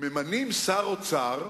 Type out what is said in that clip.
ממנים שר אוצר,